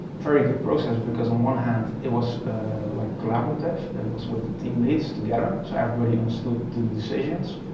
very good process because on one hand, it was like collaborative, it was with the team leads together, so everybody understood the decisions.